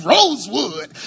Rosewood